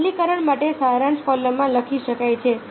જે અમલીકરણ માટે સારાંશ કોલમમાં લખી શકાય છે